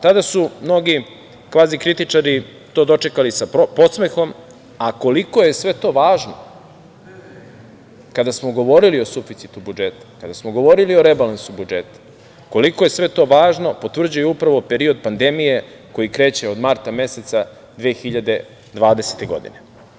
Tada su mnogi kvazikritičari to dočekali sa podsmehom, a koliko je sve to važno, kada smo govorili o suficitu budžeta, kada smo govorili o rebalansu budžeta, koliko je sve to važno potvrđuje upravo period pandemije koji kreće od marta meseca 2020. godine.